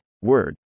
word